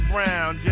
Brown